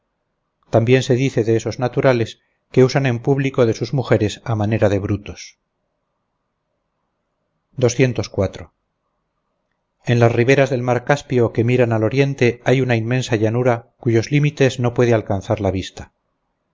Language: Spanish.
también se dice de estos naturales que usan en público de sus mujeres a manera de brutos en las riberas del mar caspio que miran al oriente hay una inmensa llanura cuyos límites no puede alcanzar la vista